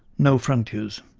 no frontiers.